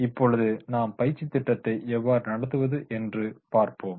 இப்பொழுது நாம் பயிற்சி திட்டத்தை எவ்வாறு நடத்துவது என்று பார்ப்போம்